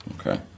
Okay